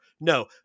No